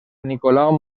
nicolau